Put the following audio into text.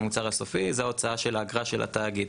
המוצר הסופי זה ההוצאה של האגרה של התאגיד.